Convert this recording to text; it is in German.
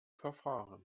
verfahren